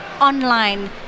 online